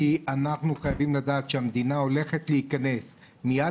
כי אנחנו חייבים לדעת שהמדינה הולכת להיכנס מיד